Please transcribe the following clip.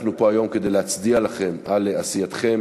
אנחנו פה היום כדי להצדיע לכם על עשייתכם,